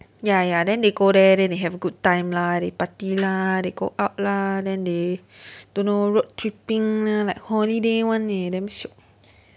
ya ya then they go there then they have a good time lah they party lah they go out lah then they don't know road tripping lah like holiday [one] eh damn shiok